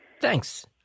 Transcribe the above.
Thanks